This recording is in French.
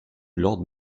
lord